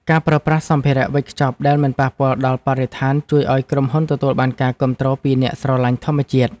ការប្រើប្រាស់សម្ភារៈវេចខ្ចប់ដែលមិនប៉ះពាល់ដល់បរិស្ថានជួយឱ្យក្រុមហ៊ុនទទួលបានការគាំទ្រពីអ្នកស្រឡាញ់ធម្មជាតិ។